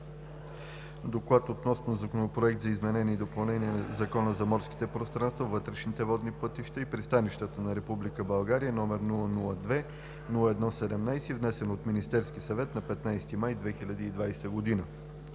обсъден Законопроект за изменение и допълнение на Закона за морските пространства, вътрешните водни пътища и пристанищата на Република България, № 002-01-17, внесен от Министерския съвет на 15 май 2020 г.